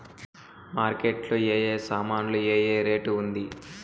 Market లో ఏ ఏ సామాన్లు ఏ ఏ రేటు ఉంది?